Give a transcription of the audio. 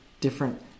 different